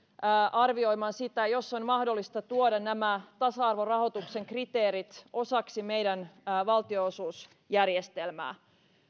arvioimaan sitä onko mahdollista tuoda nämä tasa arvorahoituksen kriteerit osaksi meidän valtionosuusjärjestelmää